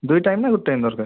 ଦୁଇ ଟାଇମ୍ ନା ଗୋଟେ ଟାଇମ୍ ଦରକାର